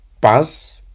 buzz